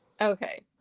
Okay